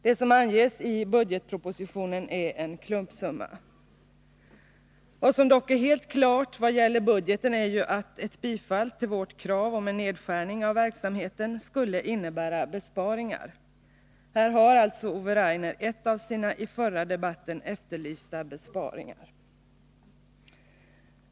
Det som anges i budgetpropositionen är en klumpsumma. Vad som dock är helt klart i vad gäller budgeten är ju att ett bifall till vårt krav om en nedskärning av verksamheten skulle innebära besparingar. Här har alltså Ove Rainer en av sina i den förra debatten efterlysta besparingar.